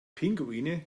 pinguine